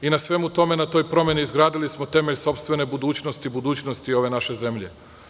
U svemu tome, na toj promeni, izgradili smo temelj sopstvene budućnosti i budućnosti ove naše zemlje.